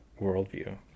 worldview